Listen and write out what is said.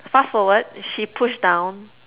fast forward she push down